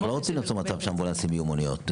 אנחנו לא רוצים ליצור מצב שאמבולנסים יהיו מוניות.